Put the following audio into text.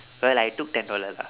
but I took ten dollar lah